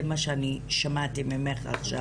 זה מה שאני שמעתי ממך עכשיו.